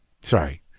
Sorry